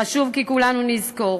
חשוב שכולנו נזכור